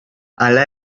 hala